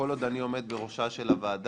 כל עוד אני עומד בראשה של הוועדה,